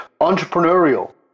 entrepreneurial